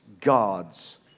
God's